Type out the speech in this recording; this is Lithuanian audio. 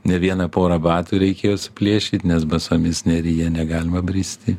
ne vieną porą batų reikėjo suplėšyt nes basomis neryje negalima bristi